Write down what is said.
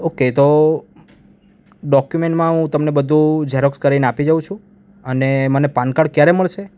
okay તો ડોક્યુમેન્ટમાં બધું હું તમને ઝેરોક્ષ કરીને આપી જાઉં છું અને મને પાન કાર્ડ ક્યારે મળશે